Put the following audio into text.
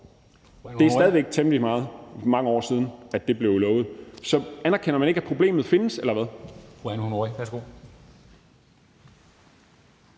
Det er stadig væk temmelig mange år siden, at det blev lovet. Så anerkender man ikke, at problemet findes – eller hvad?